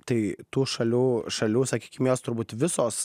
tai tų šalių šalių sakykim jos turbūt visos